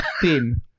thin